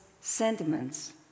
sentiments